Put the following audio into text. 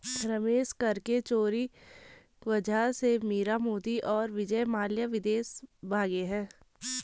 रमेश कर के चोरी वजह से मीरा मोदी और विजय माल्या विदेश भागें हैं